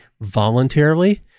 voluntarily